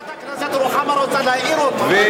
חברת הכנסת רוחמה רוצה להעיר אותך.